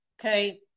Okay